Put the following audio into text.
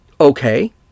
Okay